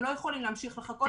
הם לא יכולים להמשיך לחכות.